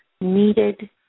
needed